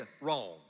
wrong